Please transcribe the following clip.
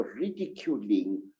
ridiculing